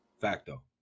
Facto